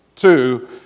Two